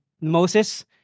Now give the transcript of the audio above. Moses